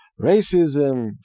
Racism